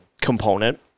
component